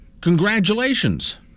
Congratulations